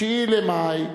9 במאי.